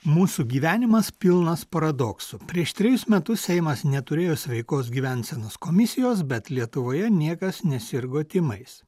mūsų gyvenimas pilnas paradoksų prieš trejus metus seimas neturėjo sveikos gyvensenos komisijos bet lietuvoje niekas nesirgo tymais